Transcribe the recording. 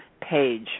page